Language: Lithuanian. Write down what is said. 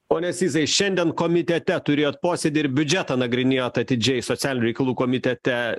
pone sysai šiandien komitete turėjot posėdį ir biudžetą nagrinėjot atidžiai socialinių reikalų komitete